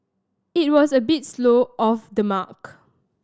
it was a bit slow off the mark